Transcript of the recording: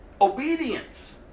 Obedience